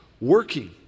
working